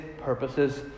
purposes